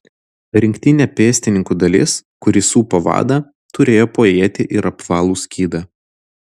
rinktinė pėstininkų dalis kuri supa vadą turėjo po ietį ir apvalų skydą